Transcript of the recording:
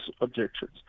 objections